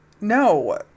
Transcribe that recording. No